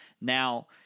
Now –